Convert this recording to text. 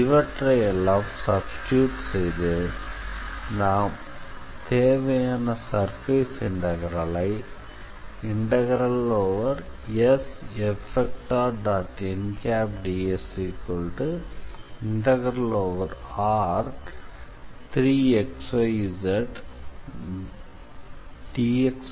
இவற்றையெல்லாம் சப்ஸ்டிட்யூட் செய்து நாம் தேவையான சர்ஃபேஸ் இன்டெக்ரலை∫SF